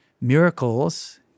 miracles